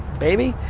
baby.